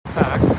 tax